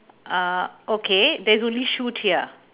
uh okay there's only shoot here